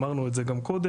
אמרנו את זה גם קודם.